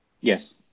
Yes